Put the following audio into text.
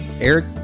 Eric